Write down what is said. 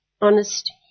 Honest